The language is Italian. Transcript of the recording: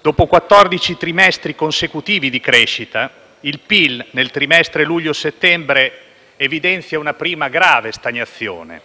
Dopo quattordici trimestri consecutivi di crescita, il PIL nel trimestre luglio-settembre evidenzia una prima grave stagnazione.